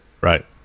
Right